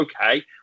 okay